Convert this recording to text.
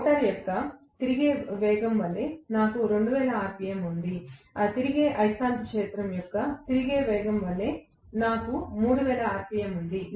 rotor యొక్క తిరిగే వేగం వలె నాకు 2000 ఆర్పిఎమ్ ఉంది తిరిగే అయస్కాంత క్షేత్రం యొక్క తిరిగే వేగం వలె నాకు 3000 ఆర్పిఎమ్ ఉంది